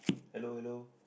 hello hello